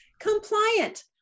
compliant